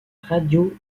radio